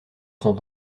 sont